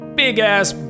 big-ass